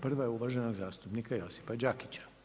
Prva je uvaženog zastupnika Josipa Đakića.